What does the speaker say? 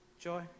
Joy